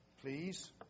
please